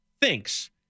thinks